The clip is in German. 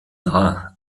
dar